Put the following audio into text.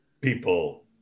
people